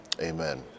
Amen